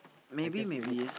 I guess you need